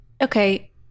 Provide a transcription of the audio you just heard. Okay